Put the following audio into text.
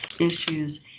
issues